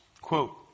Quote